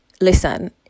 listen